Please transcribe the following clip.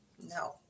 No